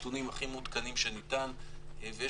יש